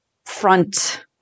front